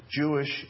Jewish